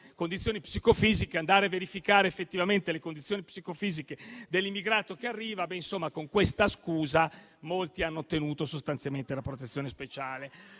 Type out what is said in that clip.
signor Presidente, andare a verificare effettivamente le condizioni psicofisiche dell'immigrato che arriva e con questa scusa molti hanno ottenuto sostanzialmente la protezione speciale.